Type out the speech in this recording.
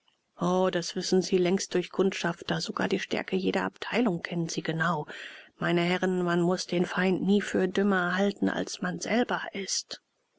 o das wissen sie längst durch kundschafter sogar die stärke jeder abteilung kennen sie genau meine herren man muß den feind nie für dümmer halten als man selber ist